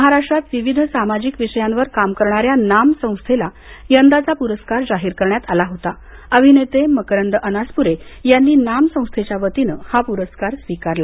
महाराष्ट्रात विविध सामाजिक विषयांवर काम करणाऱ्या नाम संस्थेला यंदाचा पुरस्कार जाहीर करण्यात आला होता अभिनेते मकरंद अनासपुरे यांनी नाम संस्थेच्या वतीनं हा पुरस्कार स्वीकारला